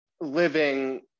living